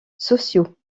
sociaux